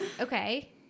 okay